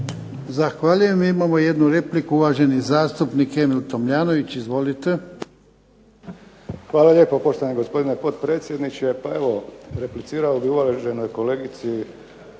Zahvaljujem. I imamo jednu repliku, uvaženi zastupnik Emil Tomljanović. Izvolite. **Tomljanović, Emil (HDZ)** Hvala lijepo poštovani gospodine potpredsjedniče. Pa evo replicirao bih uvaženoj kolegici